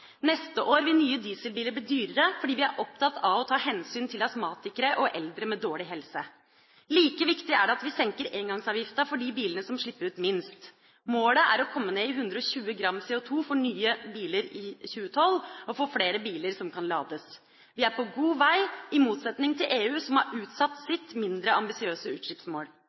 Neste år vil nye dieselbiler bli dyrere, fordi vi er opptatt av å ta hensyn til astmatikere og eldre med dårlig helse. Like viktig er det at vi senker engangsavgiften for de bilene som slipper ut minst. Målet er å komme ned i 120 gram CO2 for nye biler i 2012 og få flere biler som kan lades. Vi er på god vei, i motsetning til EU, som har utsatt sitt – mindre ambisiøse – utslippsmål.